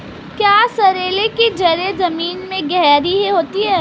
क्या सोरेल की जड़ें जमीन में गहरी होती हैं?